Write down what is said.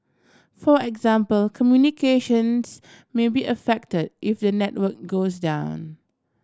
for example communications may be affected if the network goes down